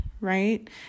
right